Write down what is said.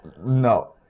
no